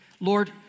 Lord